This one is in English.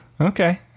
Okay